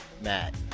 Matt